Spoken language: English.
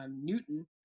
Newton